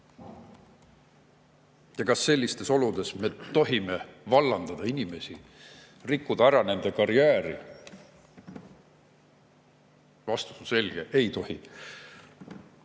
Kas sellistes oludes me tohime vallandada inimesi, rikkuda ära nende karjääri? Vastus on selge: ei tohi.